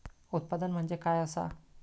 उत्पादन म्हणजे काय असा?